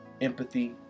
empathy